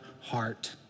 heart